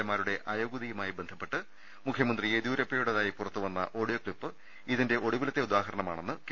എമാരുടെ അയോഗ്യതയുമായി ബന്ധപ്പെട്ട് മുഖ്യമന്ത്രി യദിയൂരപ്പയുടെതായി പുറത്തു വന്ന ഓഡിയോ ക്ലിപ്പ് ഇതിന്റെ ഒടുവിലത്തെ ഉദാഹരണമാ ണെന്നും കെ